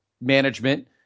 management